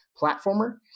platformer